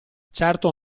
certo